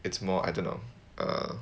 it's more I don't know err